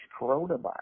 coronavirus